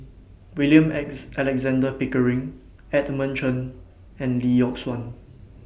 William Alexander Pickering Edmund Chen and Lee Yock Suan